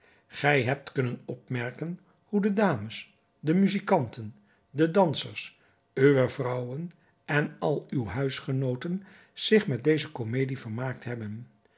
gij hebt kunnen opmerken hoe de dames de muzijkanten de dansers uwe vrouwen en al uwe huisgenooten zich met deze komedie vermaakt hebben